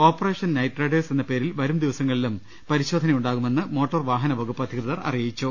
operation night riders എന്ന പേരിൽ വരും ദിവസങ്ങ ളിലും പരിശോധനയുണ്ടാകുമെന്ന് മോട്ടോർ വാഹന വകുപ്പ് അധി കൃതർ അറിയിച്ചു